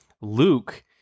Luke